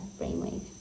brainwave